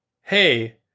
Hey